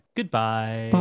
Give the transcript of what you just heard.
Goodbye